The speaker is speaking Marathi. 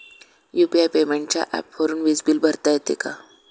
यु.पी.आय पेमेंटच्या ऍपवरुन वीज बिल भरता येते का?